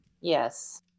Yes